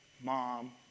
Mom